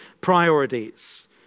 priorities